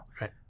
right